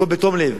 הכול בתום לב